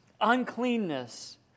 uncleanness